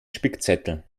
spickzettel